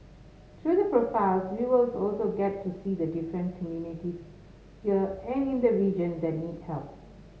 through the profiles viewers also get to see the different communities here and in the region that need help